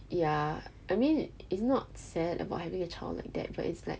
ya I mean it's not sad about having a child like that but it's like